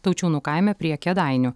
taučiūnų kaime prie kėdainių